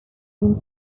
been